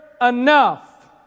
enough